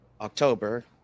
October